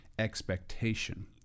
Expectation